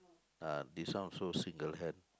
ah this one also single hand